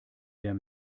der